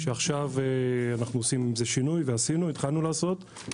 עכשיו אנחנו עושים עם זה שינוי, התחלנו לעשות.